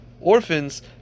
orphans